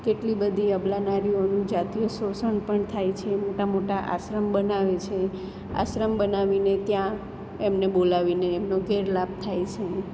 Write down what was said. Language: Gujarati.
કેટલી બધી અબલા નારીઓનું જાતિય શોષણ પણ થાય છે મોટા મોટા આશ્રમ બનાવે છે આશ્રમ બનાવીને ત્યાં એમને બોલાવીને એમનો ગેરલાભ થાય છે